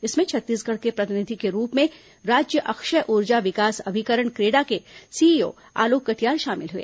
इसमें छत्तीसगढ़ से प्रतिनिधि के रूप में राज्य अक्षय ऊर्जा विकास अभिकरण क्रेडा के सीईओ आलोक कटियार शामिल हए